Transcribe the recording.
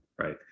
right